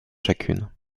chacune